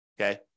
okay